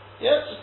Yes